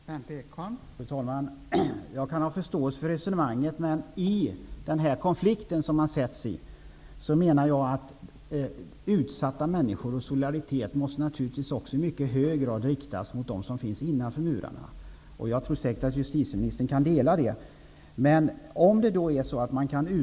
Fru talman! Jag kan ha förståelse för det resonemanget. I denna konflikt menar jag att solidariteten mot utsatta människor i mycket hög grad också måste riktas mot dem som finns innanför murarna. Jag tror säkert att justitieministern kan dela den uppfattningen.